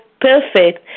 perfect